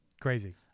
Crazy